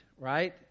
right